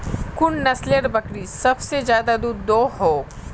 कुन नसलेर बकरी सबसे ज्यादा दूध दो हो?